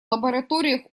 лабораториях